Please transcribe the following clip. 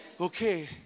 Okay